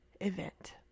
event